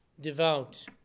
devout